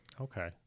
Okay